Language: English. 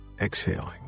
exhaling